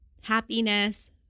happiness